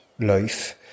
life